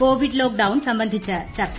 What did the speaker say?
Covid lockdown സംബന്ധിച്ച് ചർച്ചു